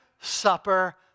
Supper